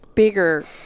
Bigger